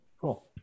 Cool